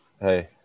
Hey